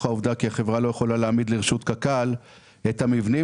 העובדה כי חברה לא יכולה להעמיד לרשות קק"ל את המבנים